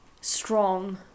strong